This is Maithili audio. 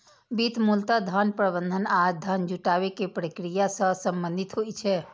वित्त मूलतः धन प्रबंधन आ धन जुटाबै के प्रक्रिया सं संबंधित होइ छै